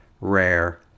rare